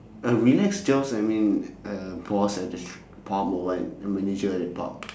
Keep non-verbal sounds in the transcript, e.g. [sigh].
um relaxed jobs I mean uh boss like the [noise] or what manager that part